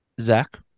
Zach